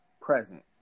present